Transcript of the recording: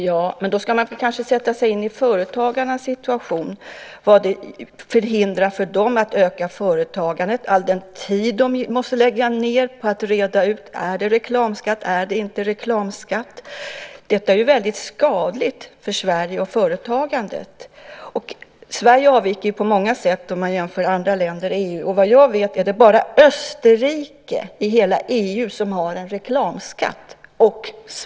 Ja, men man ska då kanske sätta sig in i företagarnas situation och se hur detta förhindrar för dem att öka företagandet med tanke på all den tid de måste lägga ned på att reda ut om det är reklamskatt eller inte. Detta är väldigt skadligt för Sverige och företagandet. Sverige avviker på många sätt vid en jämförelse med andra länder i EU. Efter vad jag vet är det i hela EU bara Österrike och Sverige som har reklamskatt.